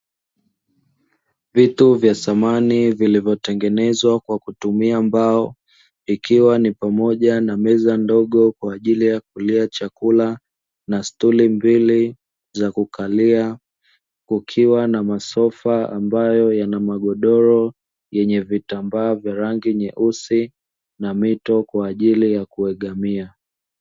Vitu vya samani vilivotengenezwa kwa kutumia mbao ikiwa ni pamoja na meza ndogo kwa ajili ya kulia chakula na stuli mbili za kukalia, kukiwa na masofa ambayo yana magodoro yenye vitambaa vya rangi nyeusi na mito kwa ajili ya kuegemea.